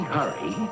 hurry